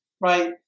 right